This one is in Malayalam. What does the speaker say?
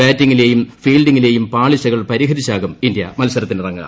ബാറ്റിംഗിലേയും ഫീൽഡിംഗിലേയും പാളിച്ചകൾ പരിഹരിച്ചാകും ഇന്ത്യ മത്സരത്തിനിറങ്ങുക